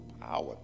power